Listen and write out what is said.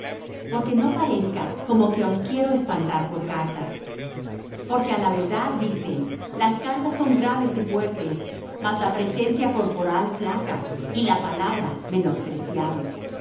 porque no parezca como que os quiero espantar por cartas porque á la verdad dicen las cartas son graves y fuertes mas la presencia corporal flaca y la palabra menospreciable